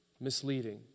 misleading